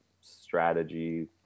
strategy